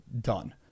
done